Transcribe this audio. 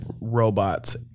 robots